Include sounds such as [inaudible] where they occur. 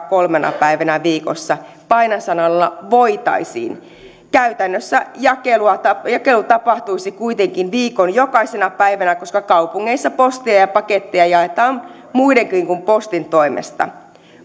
[unintelligible] kolmena päivänä viikossa paino sanalla voitaisiin käytännössä jakelu tapahtuisi kuitenkin viikon jokaisena päivänä koska kaupungeissa posteja ja paketteja jaetaan muidenkin kuin postin toimesta